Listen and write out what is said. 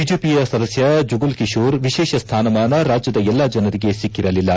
ಬಿಜೆಪಿಯ ಸದಸ್ವ ಜುಗಲ್ ಕಿಶೋರ್ ವಿಶೇಷ ಸ್ವಾನಮಾನ ರಾಜ್ಯದ ಎಲ್ಲಾ ಜನರಿಗೆ ಸಿಕ್ಕಿರಲಿಲ್ಲ